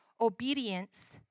obedience